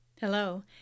Hello